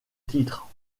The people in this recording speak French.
titre